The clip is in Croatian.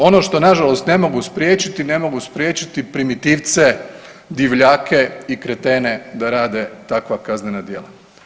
Ono što nažalost ne mogu spriječiti, ne mogu spriječiti primitivce, divljake i kretene da rade takva kaznena djela.